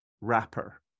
wrapper